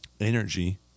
Energy